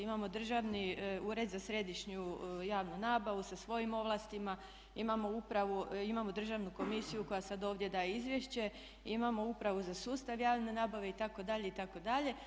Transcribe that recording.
Imamo Državni ured za središnju javnu nabavu sa svojim ovlastima, imamo Državnu komisiju koja sad ovdje daje izvješće, imamo Upravu za sustav javne nabave itd., itd.